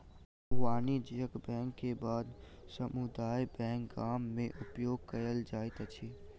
वाणिज्यक बैंक के बाद समुदाय बैंक गाम में उपयोग कयल जाइत अछि